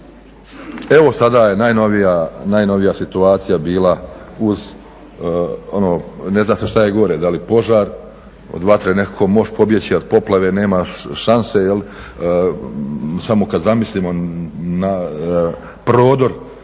Evo sada je najnovija situacija bila uz ono, ne zna se šta je gore da li požar, od vatre nekako možeš pobjeći od poplave nemaš šanse. Samo kada zamislimo prodor